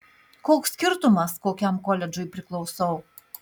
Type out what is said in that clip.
koks skirtumas kokiam koledžui priklausau